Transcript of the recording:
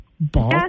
Ball